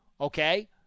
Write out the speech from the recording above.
okay